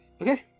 Okay